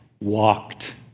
walked